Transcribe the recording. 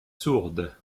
sourde